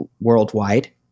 worldwide